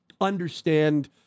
understand